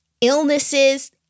illnesses